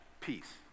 peace